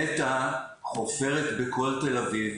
נת"ע חופרת בכל תל אביב,